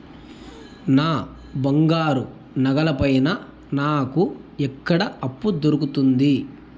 నా బంగారు నగల పైన నాకు ఎక్కడ అప్పు దొరుకుతుంది